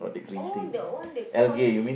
oh that one they call